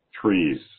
trees